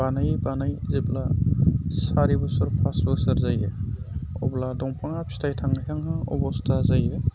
बानायै बानायै जेब्ला सारि बोसोर फास बोसोर जायो अब्ला दंफांआ फिथाइ थाइहांहां अबस्था जायो